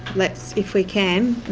let's if we can.